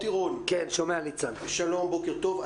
בוקר טוב,